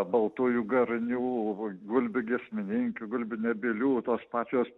baltųjų garnių gulbių giesmininkių gulbių nebylių tos pačios